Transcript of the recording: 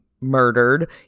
murdered